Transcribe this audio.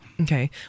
Okay